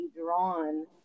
drawn